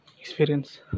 experience